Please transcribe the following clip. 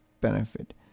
benefit